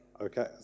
Okay